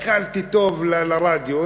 הסתכלתי טוב לרדיו,